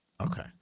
Okay